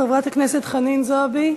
חברת הכנסת חנין זועבי.